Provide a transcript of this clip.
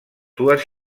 dues